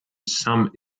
some